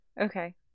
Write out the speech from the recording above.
Okay